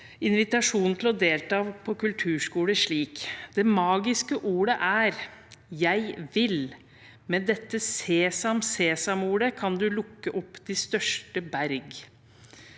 invitasjonen til å delta på kulturskolen slik: «Det magiske ordet er: Jeg vil! Med dette SesamSesam kan du lukke opp de største berg»